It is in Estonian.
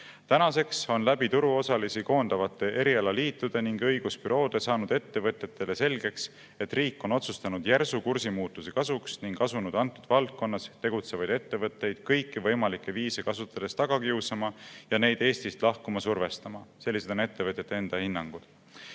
Tänaseks on turuosalisi koondavate erialaliitude ning õigusbüroode kaudu saanud ettevõtjatele selgeks, et riik on otsustanud järsu kursimuutuse kasuks ning asunud antud valdkonnas tegutsevaid ettevõtteid kõiki võimalikke viise kasutades taga kiusama ja neid Eestist lahkuma survestama – sellised on ettevõtjate enda hinnangud.